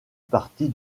partie